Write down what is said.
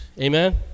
Amen